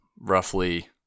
roughly